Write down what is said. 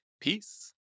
Peace